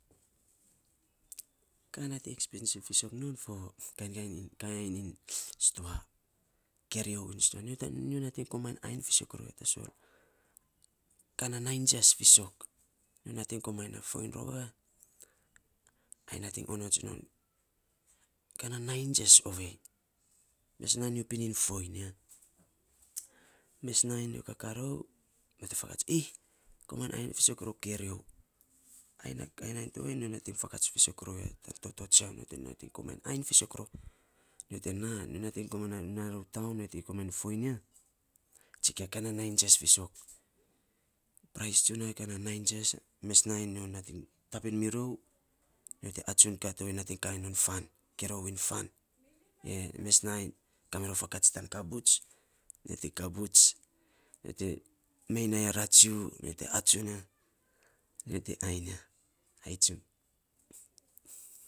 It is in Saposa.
Ka nating expensiv fiisok non fo kainy ainy iny stoa. Kerio iiny stoa. Nyo nating komainy ainy fiisok rou ya, tasol ka na nainy jias fiisok. Nyo nating komainy nat foing rou ya, ai nating onots non ka na nai jias ovei, mes nain nyo pinin foing ya. Mes nainy nyo kakaarou, nyo te fakats ee komainy fiisok rom kerio ainy tovei nyo nating fakats fiisok rou ya tana toto tsiau. ainy fiisok rou, nyo te naa, nyo nating koman naa rou taan, nyo te komainy foiny ya, tsikia kaa na, na nai jias fiisok. Prais tsunia kan a nai jias, mes nai nyo nating tabin mirou, nyo te atsun, kaa tovei nating kaa non fan, kerio iny fan, ge mes nainy kamirou fakats tan kabus, nyo te kabuts, nyo te mei na yan ratsiu nyo te atsun ya, nyo te ainy ya ai tsun.